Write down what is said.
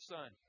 Son